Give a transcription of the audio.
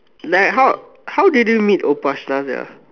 like how how did you meet Opashka sia